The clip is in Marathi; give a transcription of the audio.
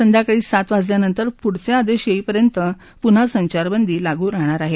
संध्याकाळी सात वाजल्यानंतर पुढचे आदेश येईपर्यंत पुन्हा संचारबंदी लागू राहणार आहे